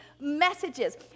messages